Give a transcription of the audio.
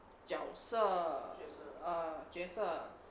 角色 err 角色